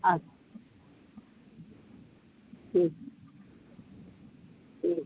আচ্ছা হুম হুম